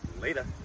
Later